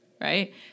right